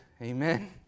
Amen